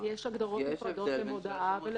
יש הבדל בין שלט למודעה.